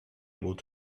able